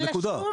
זה התפקיד.